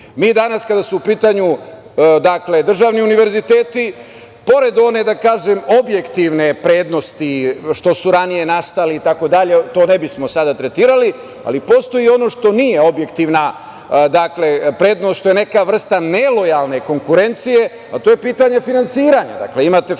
danas, kada su u pitanju državni univerziteti pored one objektivne prednosti što su ranije nastali, to ne bismo sada tretirali, ali postoji ono što nije objektivna prednost što je neka vrsta nelojalne konkurencije, a to je pitanje finansiranja.